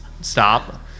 stop